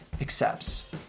accepts